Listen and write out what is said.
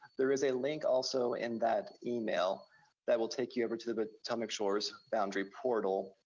there is a link also in that email that will take you over to the potomac shores boundary portal,